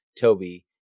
Toby